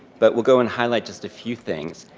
but we'll go and highlight just a few things,